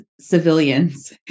civilians